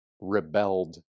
rebelled